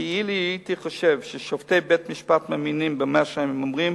כי אילו הייתי חושב ששופטי בית-המשפט מאמינים במה שהם אומרים,